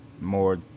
more